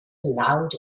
loud